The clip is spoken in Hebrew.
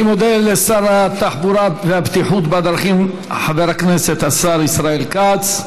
אני מודה לשר התחבורה והבטיחות בדרכים חבר הכנסת השר ישראל כץ.